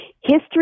History